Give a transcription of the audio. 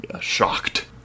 Shocked